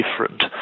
different